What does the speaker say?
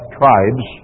tribes